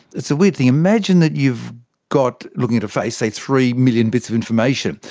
it's a weird thing. imagine that you've got, looking at a face, say, three million bits of information.